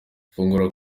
fungura